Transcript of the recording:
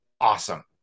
awesome